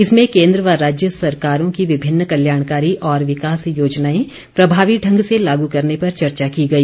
इसमें केंद्र व राज्य सरकारों की विभिन्न कल्याणकारी और विकास योजनाएं प्रभावी ढंग से लागू करने पर चर्चा की गई